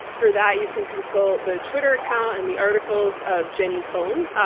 for that, you can consult the twitter account and the articles of jenny cohn,